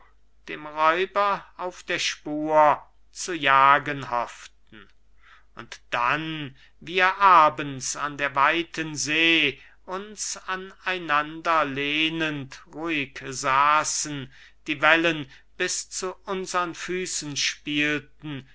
dem räuber auf der spur zu jagen hofften und dann wir abends an der weiten see uns aneinander lehnend ruhig saßen die wellen bis zu unsern füssen spielten